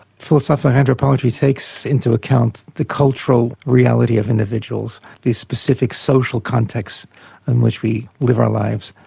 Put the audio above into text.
philosophical anthropology takes into account the cultural reality of individuals, the specific social context in which we live our lives,